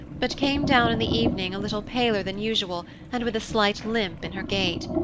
but came down in the evening a little paler than usual and with a slight limp in her gait.